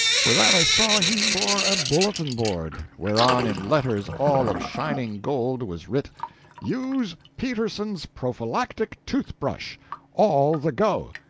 for that i saw he bore a bulletin-board whereon in letters all of shining gold was writ use peterson's prophylactic tooth-brush all the go.